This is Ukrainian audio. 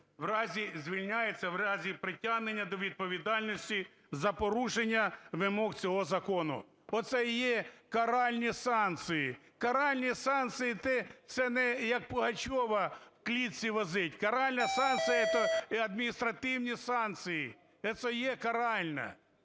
"Звільняється в разі притягнення до відповідальності за порушення вимог цього закону". Оце і є каральні санкції. Каральні санкції – це не як Пугачова в клітці возить. Каральна санкція – це адміністративні санкції. Це і є каральна.